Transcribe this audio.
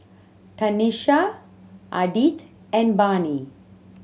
Tanesha Ardith and Barnie